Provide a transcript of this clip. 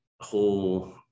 whole